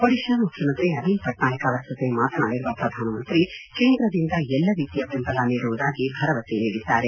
ಒಡಿತಾ ಮುಖ್ಯಮಂತ್ರಿ ನವೀನ್ ಪಟ್ನಾಯಕ್ ಅವರ ಜತೆ ಮಾತನಾಡಿರುವ ಪ್ರಧಾನಮಂತ್ರಿ ಕೇಂದ್ರದಿಂದ ಎಲ್ಲಾ ರೀತಿಯ ಬೆಂಬಲ ನೀಡುವುದಾಗಿ ಭರವಸೆ ನೀಡಿದ್ದಾರೆ